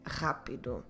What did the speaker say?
rápido